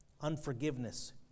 Unforgiveness